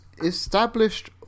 established